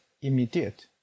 immediate